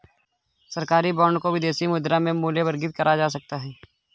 सरकारी बॉन्ड को विदेशी मुद्रा में मूल्यवर्गित करा जा सकता है